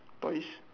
toys